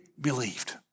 believed